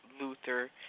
Luther